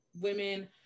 women